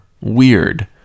weird